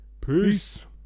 peace